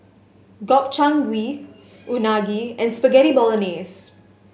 Gobchang Gui Unagi and Spaghetti Bolognese